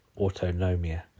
Autonomia